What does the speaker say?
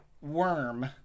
worm